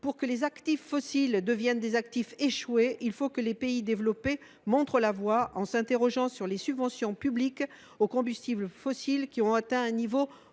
Pour que les actifs fossiles deviennent des actifs échoués, il faut que les pays développés montrent la voie en s’interrogeant sur les subventions publiques accordées aux combustibles fossiles, qui ont atteint un niveau